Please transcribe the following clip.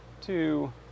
two